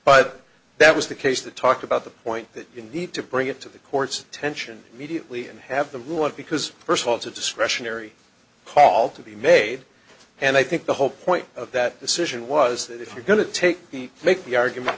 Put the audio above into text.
but that was the case that talked about the point that you need to bring it to the court's attention immediately and have the want because first of all it's a discretionary call to be made and i think the whole point of that decision was that if you're going to take the make the argument